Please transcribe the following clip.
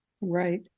Right